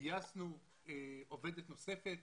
גייסנו עובדת נוספת.